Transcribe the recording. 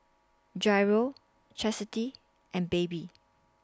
Jairo Chastity and Baby